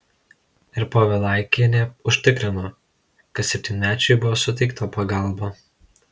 r povilaikienė užtikrino kad septynmečiui buvo suteikta pagalba